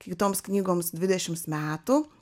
kitoms knygoms dvidešimt metų